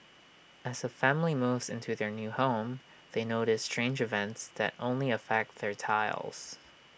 as A family moves into their new home they notice strange events that only affect their tiles